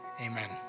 amen